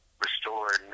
restored